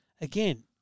again